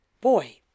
boy